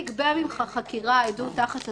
נגבה ממך חקירה ועדות תחת אזהרה.